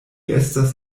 estas